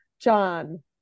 John